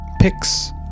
pics